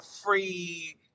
free